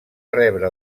rebre